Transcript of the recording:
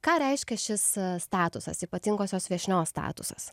ką reiškia šis statusas ypatingosios viešnios statusas